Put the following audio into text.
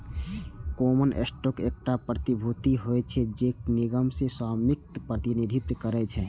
common stock एकटा प्रतिभूति होइ छै, जे निगम मे स्वामित्वक प्रतिनिधित्व करै छै